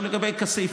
עכשיו לגבי כסיף.